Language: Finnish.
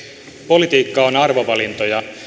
politiikka on arvovalintoja